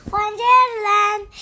Wonderland